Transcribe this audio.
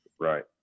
right